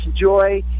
joy